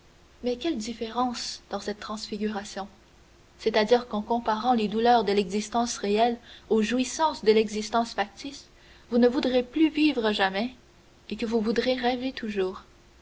mais quelle différence dans cette transfiguration c'est-à-dire qu'en comparant les douleurs de l'existence réelle aux jouissances de l'existence factice vous ne voudrez plus vivre jamais et que vous voudrez rêver toujours